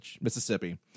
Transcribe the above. Mississippi